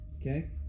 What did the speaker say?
okay